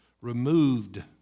removed